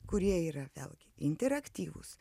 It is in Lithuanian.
kurie yra vėlgi interaktyvūs